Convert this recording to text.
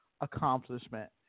accomplishment